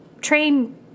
train